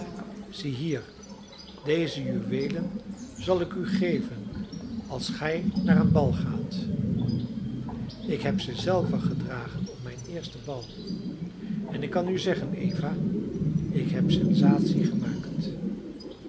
zie hier deze juweelen zal ik u geven als gij naar een bal gaat ik heb ze zelve gedragen op mijn eerste bal en ik kan u zeggen eva ik heb sensatie gemaakt